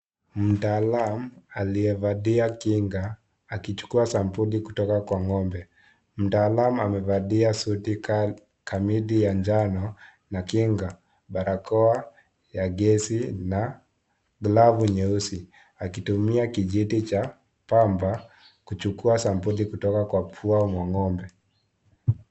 Mtaalamu aliyevalia kinga akichukua sampuli kutoka kwa ngombe , mtaalamu amevalia suti kamili ya njano na kinga , barakoa ya gesi na glavu nyeusi akitumia kijiti cha pamba akichukua sampuli kutoka mwa ngombe.